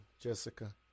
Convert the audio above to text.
Jessica